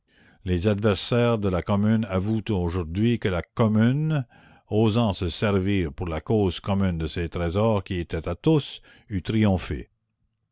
les adversaires de la commune avouent aujourd'hui que la commune osant se servir pour la cause commune de ces trésors qui étaient à tous eût triomphé